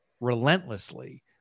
relentlessly